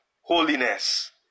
holiness